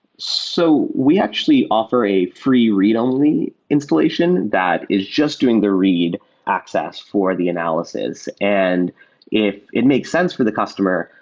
so we actually offer a free read-only installation that is just doing the read access for the analysis. and if it makes sense for the customer,